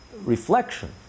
reflection